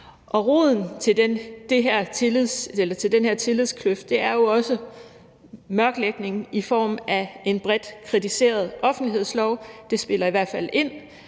Roden til den her tillidskløft er jo også mørklægning i form af en bredt kritiseret offentlighedslov; den spiller i hvert fald ind.